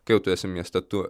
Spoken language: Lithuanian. kai tu jau esi mieste tu